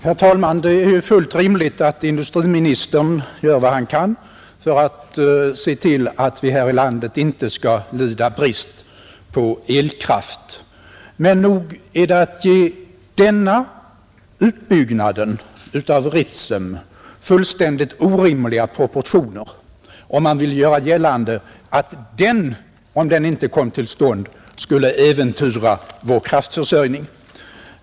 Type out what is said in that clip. Herr talman! Det är fullt rimligt att industriministern gör vad han kan för att se till att vi här i landet inte skall lida brist på elkraft. Men nog är det att ge denna utbyggnad av Ritsem fullständigt orimliga proportioner, om man vill göra gällande att vår kraftförsörjning skulle äventyras för den händelse utbyggnaden inte kom till stånd.